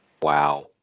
Wow